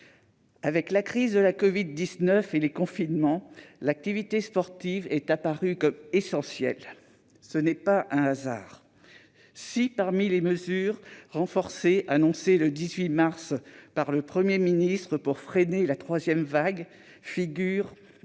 Avec la crise de la covid-19 et les confinements, l'activité sportive est apparue comme essentielle. Ce n'est pas un hasard si, parmi les mesures renforcées annoncées le 18 mars dernier par le Premier ministre pour freiner la troisième vague, figurent